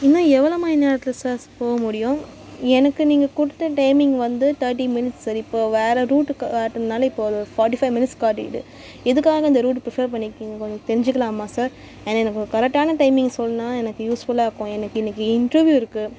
இன்னும் எவ்வளோ மணி நேரத்தில் சார் போகமுடியும் எனக்கு நீங்கள் கொடுத்த டைமிங் வந்து தேட்டி மினிட்ஸ் சார் இப்போது வேற ரூட்டு காட்டுனதனால இப்போது அது ஒரு ஃபாட்டி ஃபை மினிட்ஸ் காட்டிக்கிது எதுக்காக இந்த ரூட் ப்ரிப்பேர் பண்ணிருக்கீங்கள் கொஞ்சம் தெரிஞ்சிக்கலாமா சார் ஏன்னா எனக்கு கரெக்டான டைமிங் சொன்னால் எனக்கு யூஸ்ஃபுல்லாக இருக்கும் எனக்கு இன்னைக்கு இன்டர்வியூ இருக்குது